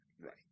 right